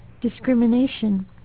discrimination